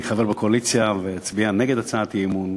אני חבר בקואליציה ואני אצביע נגד הצעת אי-אמון,